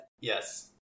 Yes